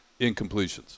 incompletions